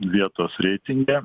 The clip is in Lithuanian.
vietos reitinge